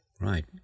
Right